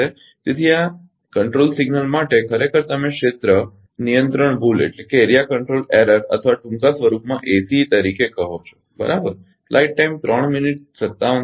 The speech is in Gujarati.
તેથી આ નિયંત્રણ સિગ્નલ માટે ખરેખર તમે ક્ષેત્ર નિયંત્રણ ભૂલ અથવા ટૂંકા સ્વરૂપમાં ACE તરીકે કહો છો બરાબર